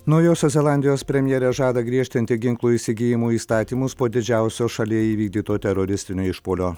naujosios zelandijos premjerė žada griežtinti ginklų įsigijimo įstatymus po didžiausio šalyje įvykdyto teroristinio išpuolio